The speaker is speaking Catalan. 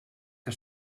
que